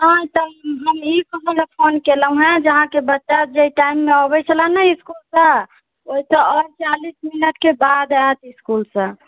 नै तऽ हम ई कहऽ लेऽ फोन केलौंहें जे अहाँके बच्चा जै टाइम मे अबै छ्लए ने इस्कूलसऽ ओइसऽ और चालीस मिनटके बाद आयत इस्कूलसऽ